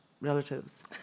relatives